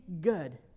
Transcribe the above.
good